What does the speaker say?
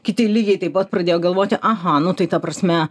kiti lygiai taip pat pradėjo galvoti aha nu tai ta prasme